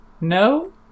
No